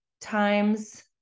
times